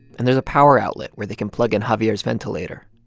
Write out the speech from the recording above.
and there's a power outlet where they can plug in javier's ventilator.